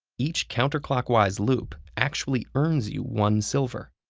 each counterclockwise loop actually earns you one silver.